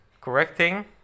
correcting